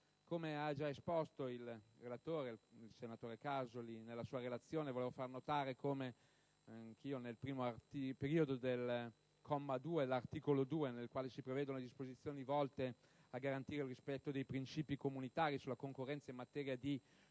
Come ha già esposto il relatore senatore Casoli nella sua relazione, volevo fare notare come nel primo periodo del comma 2 dell'articolo 2, nel quale si prevedono disposizioni volte a garantire il rispetto dei principi comunitari sulla concorrenza in materia di «concessioni